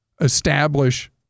establish